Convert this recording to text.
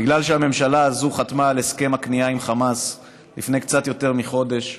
בגלל שהממשלה הזאת חתמה על הסכם הכניעה עם חמאס לפני קצת יותר מחודש,